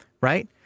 right